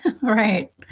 Right